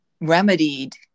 remedied